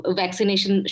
vaccination